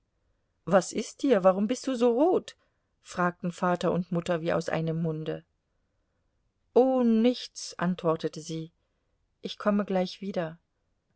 was ist dir warum bist du so rot fragten vater und mutter wie aus einem munde o nichts antwortete sie ich komme gleich wieder